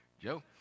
Joe